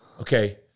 Okay